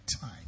time